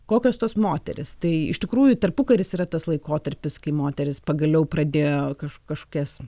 kokios tos moterys tai iš tikrųjų tarpukaris yra tas laikotarpis kai moterys pagaliau pradėjo kaž kažkokias